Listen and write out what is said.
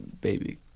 baby